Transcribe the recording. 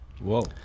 Whoa